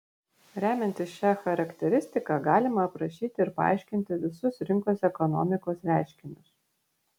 remiantis šia charakteristika galima aprašyti ir paaiškinti visus rinkos ekonomikos reiškinius